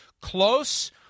close